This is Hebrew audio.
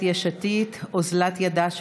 נעשה הכול כדי שאתם תהיו שותפים שלנו במגדל הזה של 70